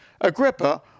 Agrippa